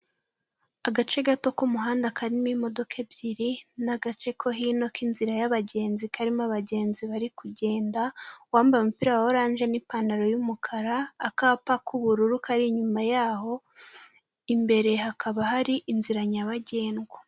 Agace gato ku muhanda karimo imodoka ebyiri n'agace ko hino k'inzira y'abagenzi karimo abagenzi bari kugenda, uwambaye umupira wa orange n'ipantaro y'umukara, akapa k'ubururu kari inyuma yaho. Imbere hakaba hari inzira nyabagendwa.